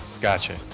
Gotcha